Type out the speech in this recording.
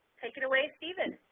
take it away, stephen.